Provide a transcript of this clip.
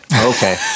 Okay